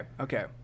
okay